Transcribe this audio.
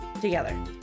together